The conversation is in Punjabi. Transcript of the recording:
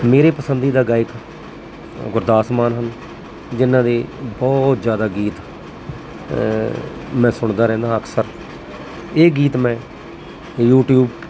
ਮੇਰੇ ਪਸੰਦੀਦਾ ਗਾਇਕ ਗੁਰਦਾਸ ਮਾਨ ਹਨ ਜਿਹਨਾਂ ਦੇ ਬਹੁਤ ਜ਼ਿਆਦਾ ਗੀਤ ਮੈਂ ਸੁਣਦਾ ਰਹਿੰਦਾ ਅਕਸਰ ਇਹ ਗੀਤ ਮੈਂ ਯੂਟੀਊਬ